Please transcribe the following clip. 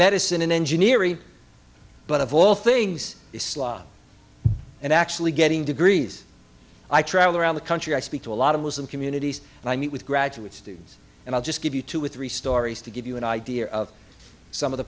medicine and engineering but of all things islam and actually getting degrees i travel around the country i speak to a lot of muslim communities and i meet with graduate students and i'll just give you two or three stories to give you an idea of some of the